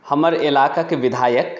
हमर इलाकाके विधायक